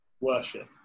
worship